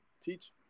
teach